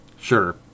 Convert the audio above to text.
Sure